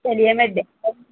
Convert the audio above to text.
चलिए मैं देख